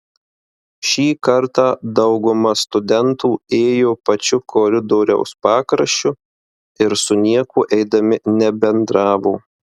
šį kartą dauguma studentų ėjo pačiu koridoriaus pakraščiu ir su niekuo eidami nebendravo